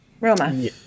roma